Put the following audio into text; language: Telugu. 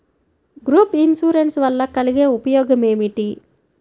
గ్రూప్ ఇన్సూరెన్స్ వలన కలిగే ఉపయోగమేమిటీ?